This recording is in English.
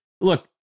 Look